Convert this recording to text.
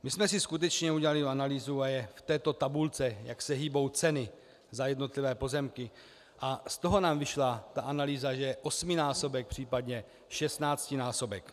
My jsme si skutečně udělali analýzu a je v této tabulce, jak se hýbou ceny za jednotlivé pozemky, a z toho nám vyšla ta analýza, že osminásobek, případně šestnáctinásobek.